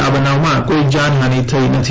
આ બનાવમાં કોઈ જાનહાની થઈ નથી